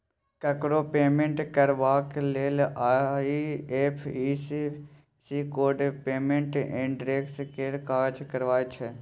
ककरो पेमेंट करबाक लेल आइ.एफ.एस.सी कोड पेमेंट एड्रेस केर काज करय छै